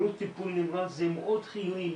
שירות טיפול נמרץ זה מאוד חיוני,